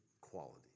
quality